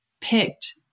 picked